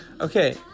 Okay